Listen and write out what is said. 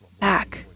back